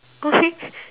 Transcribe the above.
okay